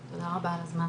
תודה רבה על הזמן.